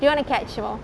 do you want to catch your